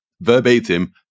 verbatim